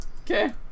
okay